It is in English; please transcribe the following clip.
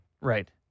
Right